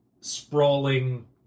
sprawling